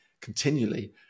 continually